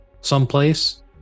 someplace